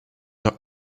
not